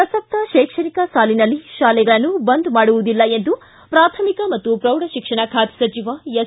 ಪ್ರಸಕ್ತ ಶೈಕ್ಷಣಿಕ ಸಾಲಿನಲ್ಲಿ ಶಾಲೆಗಳನ್ನು ಬಂದ್ ಮಾಡುವುದಿಲ್ಲ ಎಂದು ಪ್ರಾಥಮಿಕ ಮತ್ತು ಪ್ರೌಢಶಿಕ್ಷಣ ಖಾತೆ ಸಚಿವ ಎಸ್